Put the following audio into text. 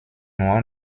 nur